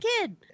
kid